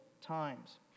times